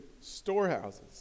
storehouses